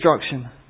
destruction